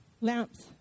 lamps